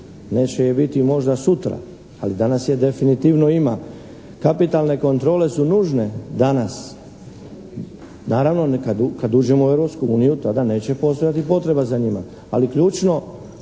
Neće je biti možda sutra, ali danas je definitivno ima. Kapitalne kontrole su nužne danas, naravno kad uđemo u Europsku uniju tada neće postojati potreba za njima, ali ključnija